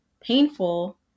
painful